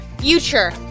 future